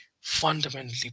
fundamentally